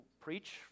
preach